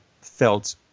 felt